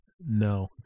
No